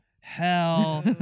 Hell